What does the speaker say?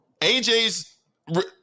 AJ's